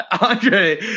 Andre